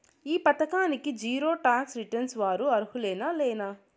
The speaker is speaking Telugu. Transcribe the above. ఈ పథకానికి జీరో టాక్స్ రిటర్న్స్ వారు అర్హులేనా లేనా?